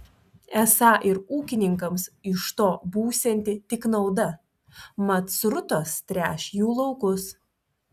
esą ir ūkininkams iš to būsianti tik nauda mat srutos tręš jų laukus